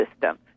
system